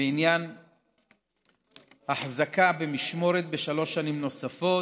בעניין החזקה במשמורת בשלוש שנים נוספות.